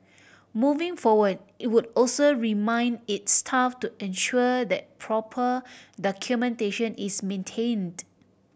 moving forward it would also remind its staff to ensure that proper documentation is maintained